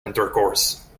intercourse